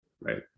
right